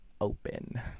open